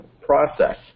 process